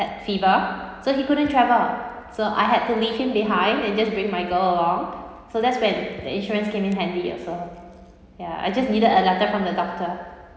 had fever so he couldn't travel so I had to leave him behind and just bring my girl along so that's when the insurance came in handy also ya I just needed a letter from the doctor